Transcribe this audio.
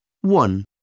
One